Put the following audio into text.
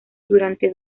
durante